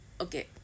Okay